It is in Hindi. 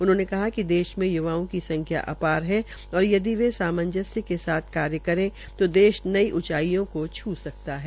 उन्होंने कहा कि देश में युवाओं की संख्या अपार है और यदि वे सामंजस्य के साथ काम करे तो देश नई उचाईयों को छू सकता है